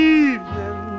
evening